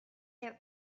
there